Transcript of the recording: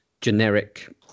generic